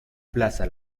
plaza